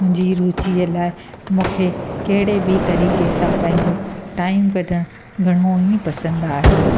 मुंहिंजी रुचीअ लाइ मूंखे कहिड़े बि तरीक़े सां पंहिंजो टाइम कढणु घणो ई पसंदि आहे